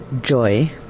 joy